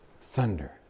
Thunder